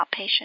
outpatient